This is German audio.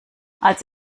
als